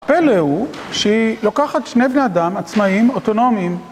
הפלא הוא, שהיא לוקחת שני בני אדם עצמאיים, אוטונומיים